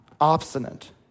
obstinate